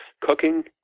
cooking